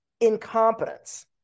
incompetence